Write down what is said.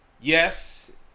Yes